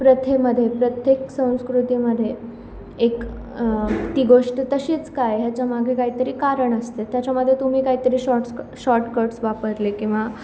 प्रथेमध्ये प्रत्येक संस्कृतीमध्ये एक ती गोष्ट तशीच काय याच्यामागे काहीतरी कारण असते त्याच्यामध्ये तुम्ही काहीतरी शॉट्स शॉर्टकट्स वापरले किंवा